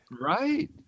right